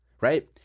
right